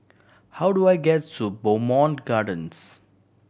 how do I get to Bowmont Gardens